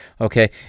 Okay